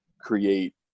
create